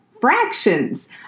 fractions